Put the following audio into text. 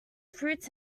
fruits